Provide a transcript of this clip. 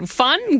fun